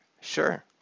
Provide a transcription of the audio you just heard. Sure